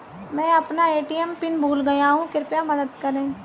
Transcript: मैं अपना ATM PIN भूल गया हूँ कृपया मदद करें